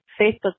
Facebook